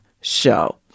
show